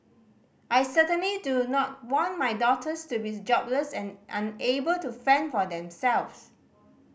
I certainly do not want my daughters to be jobless and unable to fend for themselves